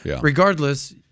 regardless